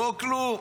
לא כלום,